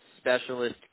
specialist